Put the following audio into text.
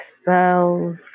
spells